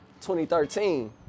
2013